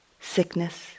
sickness